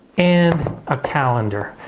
and a calendar.